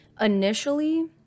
initially